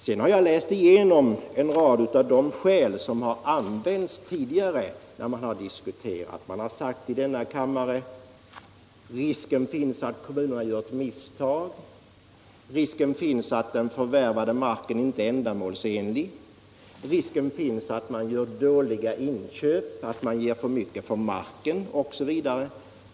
Jag har läst igenom en rad olika skäl som använts tidigare när detta ärende har diskuterats. Man har i denna kammare sagt att risken finns att kommunerna gör misstag, att risken finns att förvärvad mark inte är ändamålsenlig, att kommunerna riskerar göra dåliga inköp, att de betalar för mycket för marken osv.